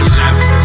left